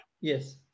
yes